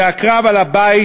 זה הקרב על הבית,